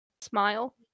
smile